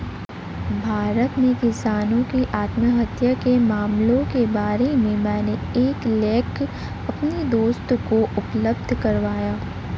भारत में किसानों की आत्महत्या के मामलों के बारे में मैंने एक लेख अपने दोस्त को उपलब्ध करवाया